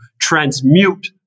transmute